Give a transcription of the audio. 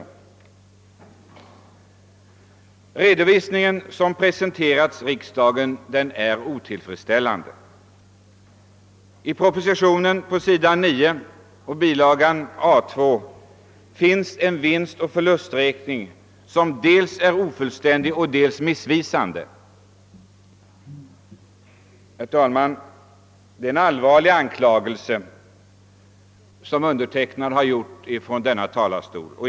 Den redovisning som presenteras riksdagen är otillfredsställande. På s. 9 i bilaga A:2 till propositionen återges en vinstoch förlusträkning som är dels ofullständig, dels missvisande. Herr talman! Det är en allvarlig anklagelse som jag nu uttalat från denna talarstol.